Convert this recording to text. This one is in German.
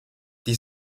die